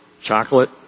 Chocolate